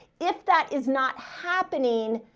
if that is not happening,